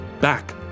back